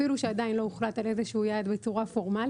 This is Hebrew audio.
אפילו שעדיין לא הוחלט על איזה שהוא יעד בצורה פורמלית.